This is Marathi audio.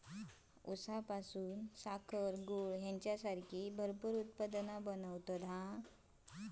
ऊसापासून साखर, गूळ हेंच्यासारखी भरपूर उत्पादना बनवली जातत